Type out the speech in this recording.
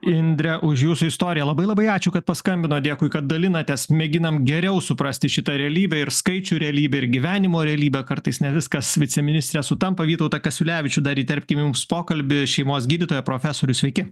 indre už jūsų istoriją labai labai ačiū kad paskambinot dėkui kad dalinatės mėginam geriau suprasti šitą realybę ir skaičių realybę ir gyvenimo realybę kartais ne viskas viceministre sutampa vytautą kasiulevičių dar įterpkim į mūsų pokalbį šeimos gydytoją profesorių sveiki